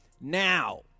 Now